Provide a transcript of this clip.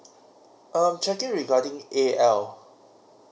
um checking regarding A_L